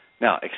Now